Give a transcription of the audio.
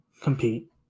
compete